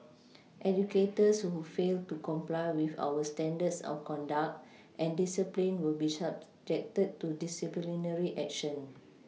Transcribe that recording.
educators who fail to comply with our standards of conduct and discipline will be subjected to disciplinary action